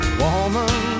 woman